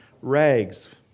rags